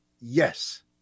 yes